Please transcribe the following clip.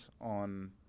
on